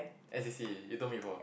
n_c_c you told me before